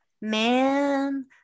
man